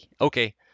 okay